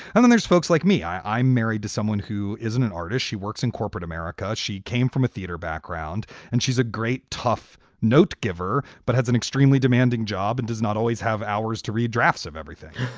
and then there's folks like me. i'm married to someone who isn't an artist. she works in corporate america. she came from a theater background and she's a great, tough note giver, but has an extremely demanding job and does not always have hours to read drafts of everything,